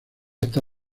está